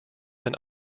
than